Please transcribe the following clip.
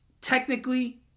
Technically